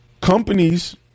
companies